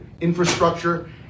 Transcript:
infrastructure